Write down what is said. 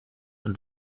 und